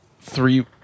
three